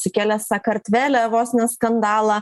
sukelė sakartvele vos ne skandalą